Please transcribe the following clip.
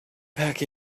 pack